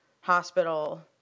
hospital